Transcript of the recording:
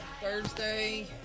Thursday